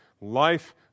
life